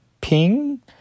ping